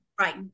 right